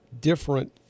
different